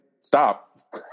stop